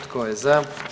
Tko je za?